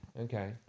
Okay